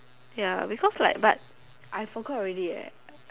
ya because like but I forgot already eh